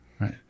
Right